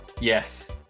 Yes